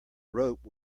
rope